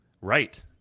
Right